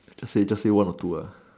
just say just say one or two ah